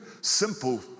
simple